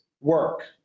work